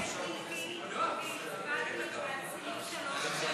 ההסתייגות (16) של חבר הכנסת יואב קיש לסעיף 16 נתקבלה.